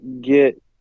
get